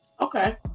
Okay